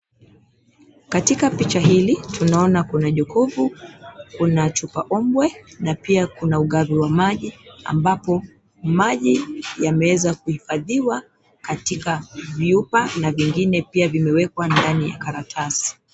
Katika picha hili tunaona kuna jokofu, kuna chupa ombwe na pia kuna ugavi wa maji ambapo maji yameweza kuhifadhiwa katika vyumba na vingine vimewekwa ndani ya karatasi.